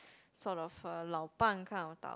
sort of a 老伴 kind of tau~